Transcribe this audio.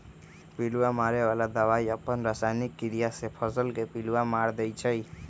पिलुआ मारे बला दवाई अप्पन रसायनिक क्रिया से फसल के पिलुआ के मार देइ छइ